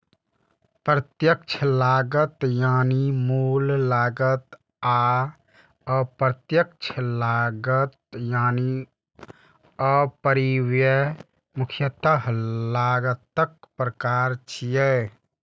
प्रत्यक्ष लागत यानी मूल लागत आ अप्रत्यक्ष लागत यानी उपरिव्यय मुख्यतः लागतक प्रकार छियै